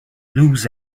blues